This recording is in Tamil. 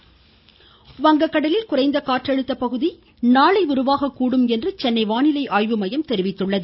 மழை வாய்ஸ் வங்கக்கடலில் குறைந்த காற்றழுத்த தாழ்வு பகுதி நாளை உருவாகக்கூடும் என்று சென்னை வானிலை ஆய்வுமையம் தெரிவித்துள்ளது